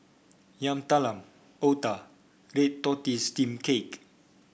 Yam Talam otah Red Tortoise Steamed Cake